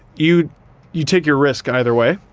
you you take your risk either way.